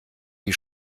die